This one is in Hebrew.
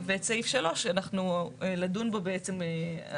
ואת סעיף 3 לדון בו בעצם בהמשך.